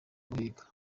guhiga